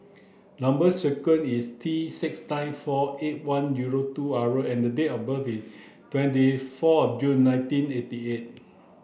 number sequence is T six nine four eight one zero two R and date of birth is twenty four June nineteen eighty eight